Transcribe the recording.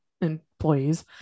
employees